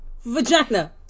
vagina